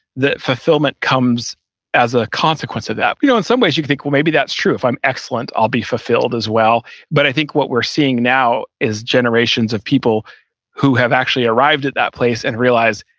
the fulfillment comes as a consequence of that. we know in some ways you can think, well, maybe that's true. if i'm excellent, i'll be fulfilled as well. but i think what we're seeing now is generations of people who have actually arrived at that place and realized,